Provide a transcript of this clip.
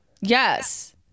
Yes